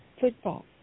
football